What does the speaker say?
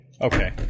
Okay